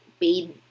paid